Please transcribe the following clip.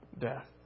death